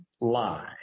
lie